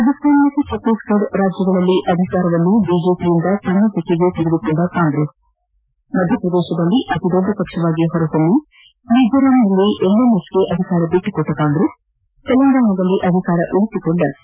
ರಾಜಸ್ಥಾನ ಹಾಗೂ ಛತ್ತೀಸ್ಫಡ ರಾಜ್ಯಗಳಲ್ಲಿ ಅಧಿಕಾರವನ್ನು ಬಿಜೆಪಿಯಿಂದ ತನ್ನ ತೆಕ್ಕೆಗೆ ತೆಗೆದುಕೊಂಡ ಕಾಂಗ್ರೆಸ್ ಮಧ್ಯಪ್ರದೇಶದಲ್ಲಿ ಅತಿದೊಡ್ಡ ಪಕ್ಷವಾಗಿ ಹೊರಹೊಮ್ನಿ ಹಾಗೂ ವಿಜೋರಾಂನಲ್ಲಿ ಎಂಎನ್ ಎಫ್ ಗೆ ಅಧಿಕಾರ ಬಿಟ್ಟುಕೊಟ್ಟ ಕಾಂಗ್ರೆಸ್ ತೆಲಂಗಾಣದಲ್ಲಿ ಅಧಿಕಾರ ಉಳಿಸಿಕೊಂಡ ಟಿಆರ್ಎಸ್